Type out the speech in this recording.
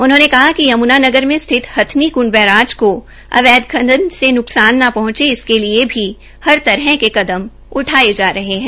उन्होंने कहा कि यमुनानगर में स्थित हथनीक्ंड बैराज को अवैध खनन से नुकसान न पह्ंचे इसके लिये भी हर तरह से कदम उठाये जा रहे है